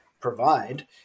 provide